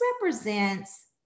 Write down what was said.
represents